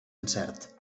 encert